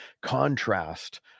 contrast